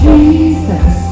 Jesus